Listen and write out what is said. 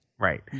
Right